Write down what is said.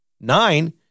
Nine